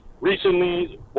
Recently